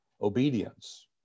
obedience